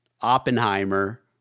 Oppenheimer